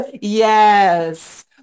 Yes